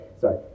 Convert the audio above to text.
Sorry